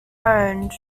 owned